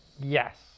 Yes